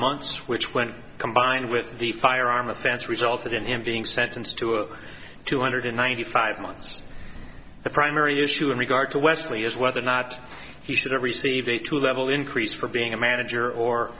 months which when combined with the firearm offense resulted in him being sentenced to two hundred ninety five months the primary issue in regard to wesley is whether or not he should have received a two level increase for being a manager or